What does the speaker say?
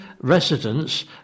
residents